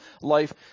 life